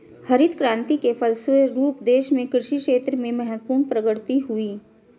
हरित क्रान्ति के फलस्व रूप देश के कृषि क्षेत्र में महत्वपूर्ण प्रगति हुई